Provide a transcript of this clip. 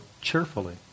cheerfully